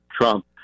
trump